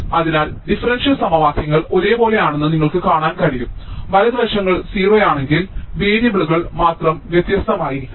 അതിനാൽ ഡിഫറൻഷ്യൽ സമവാക്യങ്ങൾ ഒരേപോലെയാണെന്ന് നിങ്ങൾക്ക് കാണാൻ കഴിയും വലതുവശങ്ങൾ 0 ആണെങ്കിൽ വേരിയബിളുകൾ മാത്രം വ്യത്യസ്തമായിരിക്കും